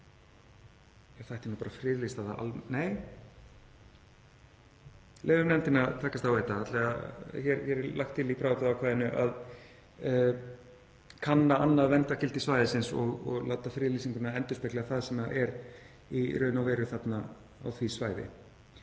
Það ætti nú bara að friðlýsa það alveg — nei, leyfum nefndinni að takast á við þetta. Hér er lagt til í bráðabirgðaákvæðinu að kanna annað verndargildi svæðisins og láta friðlýsinguna endurspegla það sem er í raun og veru þarna á því svæði.